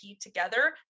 together